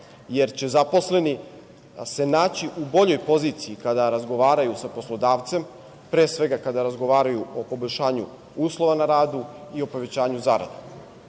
jer će zaposleni se naći u boljoj poziciji kada razgovaraju sa poslodavcem, pre svega kada razgovaraju o poboljšanju uslova na radu i povećanju zarada.